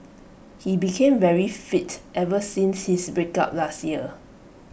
he became very fit ever since his breakup last year